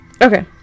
Okay